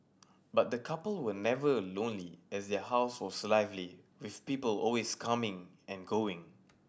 but the couple were never a lonely as their house was lively with people always coming and going